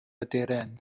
aderyn